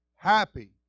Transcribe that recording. Happy